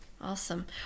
Awesome